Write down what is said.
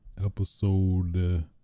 episode